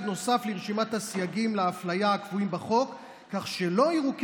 נוסף לרשימת הסייגים לאפליה הקבועים בחוק כך שלא יראו את